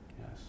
Yes